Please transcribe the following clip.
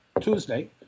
Tuesday